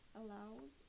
allows